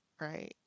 right